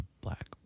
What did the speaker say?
black